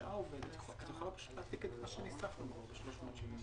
הצבעה בעד הצעת החוק פה אחד הצעת חוק הביטוח הלאומי